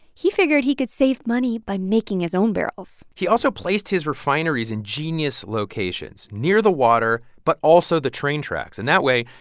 he figured he could save money by making his own barrels he also placed his refineries in genius locations near the water but also the train tracks. and that way,